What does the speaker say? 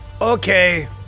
Okay